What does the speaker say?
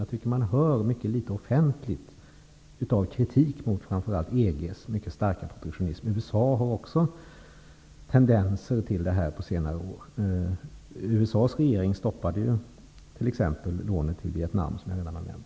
Jag tycker att väldigt litet offentlig kritik av framför allt EG:s mycket starka protektionism har kommit till uttryck. På senare år har sådana tendenser kunnat noteras också vad gäller USA. Regeringen där har t.ex. stoppat lån till Vietnam, som jag redan har nämnt.